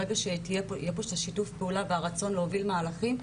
ברגע שתהיה פה שיתוף פעולה והרצון להוביל מהליכים,